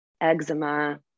eczema